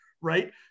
right